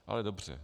Ale dobře.